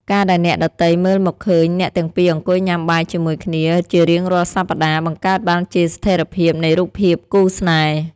ការដែលអ្នកដទៃមើលមកឃើញអ្នកទាំងពីរអង្គុយញ៉ាំបាយជាមួយគ្នាជារៀងរាល់សប្ដាហ៍ បង្កើតបានជាស្ថិរភាពនៃរូបភាពគូស្នេហ៍។